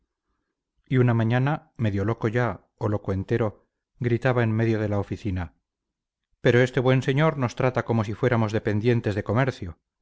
y una mañana medio loco ya o loco entero gritaba en medio de la oficina pero este buen señor nos trata como si fuéramos dependientes de comercio